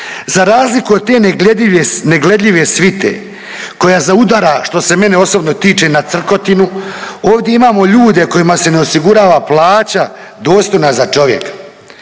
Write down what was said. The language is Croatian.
Za razliku od te negledljive svite koja zaudara što se mene osobno tiče na crkotinu ovdje imamo ljude kojima se ne osigurava plaća dostojna za čovjeka.